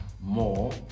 more